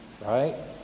right